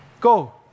Go